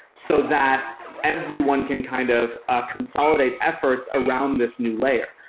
so that everyone can kind of ah consolidate efforts around this new layer.